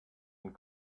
and